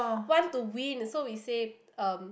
want to win so we say um